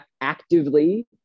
actively